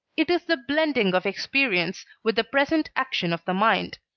it is the blending of experience with the present action of the mind.